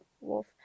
wolf